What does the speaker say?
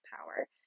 power